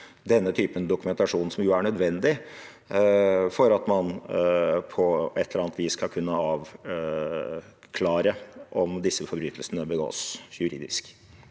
den typen dokumentasjon, som jo er nødvendig for at man på et eller annet vis skal kunne avklare om disse forbrytelsene begås juridisk.